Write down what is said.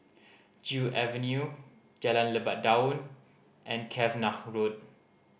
Joo Avenue Jalan Lebat Daun and Cavenagh Road